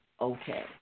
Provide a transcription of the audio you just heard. okay